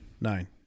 Nine